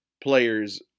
players